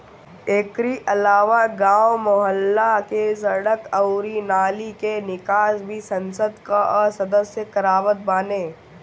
एकरी अलावा गांव, मुहल्ला के सड़क अउरी नाली के निकास भी संसद कअ सदस्य करवावत बाने